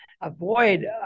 avoid